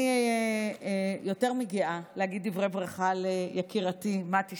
אני יותר מגאה להגיד דברי ברכה ליקירתי מטי,